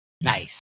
Nice